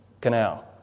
Canal